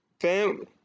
family